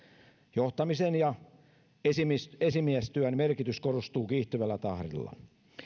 johtamisen ja esimiestyön merkitys korostuu kiihtyvällä tahdilla